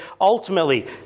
ultimately